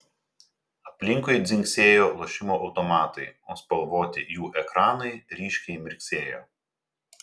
aplinkui dzingsėjo lošimo automatai o spalvoti jų ekranai ryškiai mirksėjo